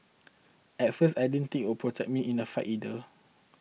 at first I didn't think it would protect me in a fight either